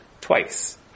twice